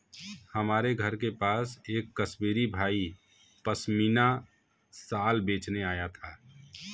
हमारे घर के पास एक कश्मीरी भाई पश्मीना शाल बेचने आया था